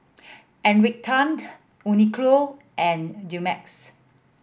Encik Tan Uniqlo and Dumex